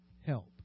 help